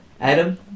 Adam